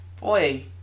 boy